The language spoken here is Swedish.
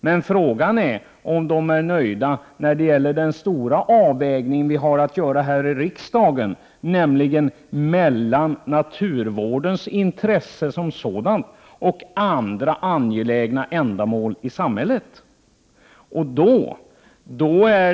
Men frågan är om de är nöjda när det gäller den stora avvägning vi har att göra här i riksdagen, nämligen mellan naturvårdens intressen som sådana och andra angelägna uppgifter i samhället.